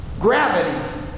Gravity